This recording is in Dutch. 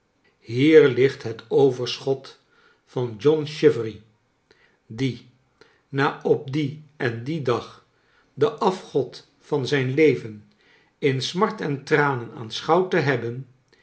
hier ligt het overschot van john chivery die na op dien en dien dag de afgod van zijn leven in smart en tranen aanschouwd te hebben